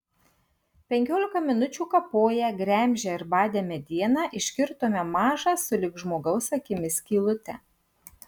penkiolika minučių kapoję gremžę ir badę medieną iškirtome mažą sulig žmogaus akimi skylutę